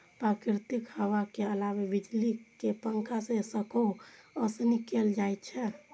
प्राकृतिक हवा के अलावे बिजली के पंखा से सेहो ओसौनी कैल जाइ छै